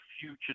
future